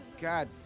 God